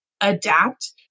adapt